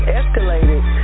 escalated